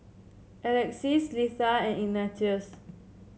Alexys Litha and Ignatius